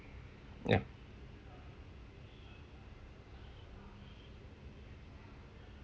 ya